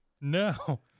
No